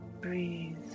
Breathe